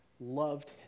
loved